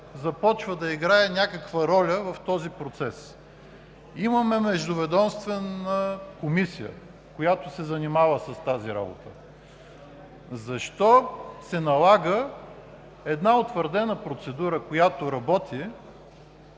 започва да играе някаква роля в този процес. Имаме Междуведомствена комисия, която се занимава с тази работа. Защо се налага една утвърдена процедура, която работи,